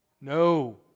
No